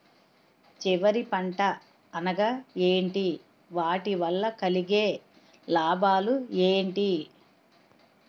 చివరి పంట అనగా ఏంటి వాటి వల్ల కలిగే లాభాలు ఏంటి